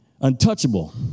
untouchable